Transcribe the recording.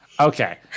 Okay